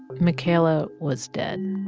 makayla was dead